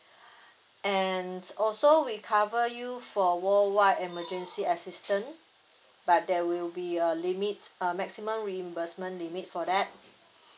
and also we cover you for worldwide emergency assistant but there will be a limit uh maximum reimbursement limit for that